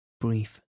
Brief